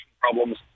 problems